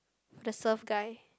the surf guy